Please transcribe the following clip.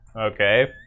Okay